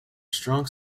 strong